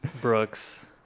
Brooks